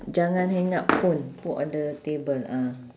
jangan hang up phone put on the table ah